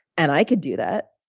and i could do that.